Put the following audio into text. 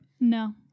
No